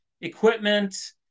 equipment